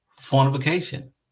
fortification